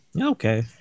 Okay